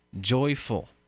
joyful